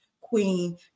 Queen